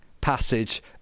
passage